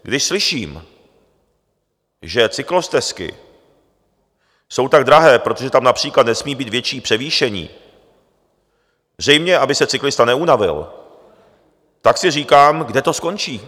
Když slyším, že cyklostezky jsou tak drahé, protože tam například nesmí být větší převýšení zřejmě aby se cyklista neunavil tak si říkám, kde to skončí?